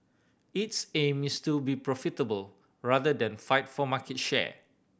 its aim is to be profitable rather than fight for market share